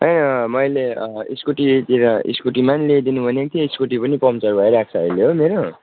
ए मैले स्कुटीतिर स्कुटीमा पनि ल्याइदिनु भनेको थिएँ स्कुटी पनि पम्चर भइरहेको छ अहिले हो मेरो